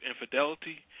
infidelity